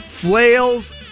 Flails